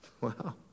Wow